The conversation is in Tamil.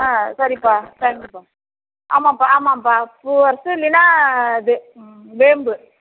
ஆ சரிப்பா தேங்க்யூப்பா ஆமாப்பா ஆமாம்பா பூவரசு இல்லைன்னா இது வேம்பு